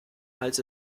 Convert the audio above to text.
als